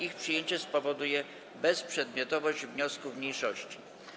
Ich przyjęcie spowoduje bezprzedmiotowość wniosków mniejszości.